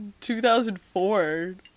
2004